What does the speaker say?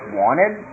wanted